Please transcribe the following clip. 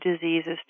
diseases